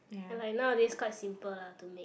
and like nowadays quite simple lah to make